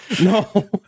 No